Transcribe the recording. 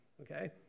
okay